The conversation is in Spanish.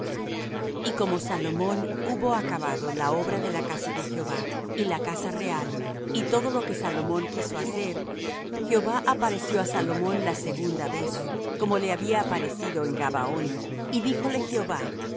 y como salomón hubo acabado la obra de la casa de jehová y la casa real y todo lo que salomón quiso hacer jehová apareció á salomón la segunda vez como le había aparecido en gabaón y díjole jehová yo